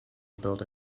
build